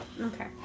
Okay